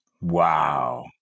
Wow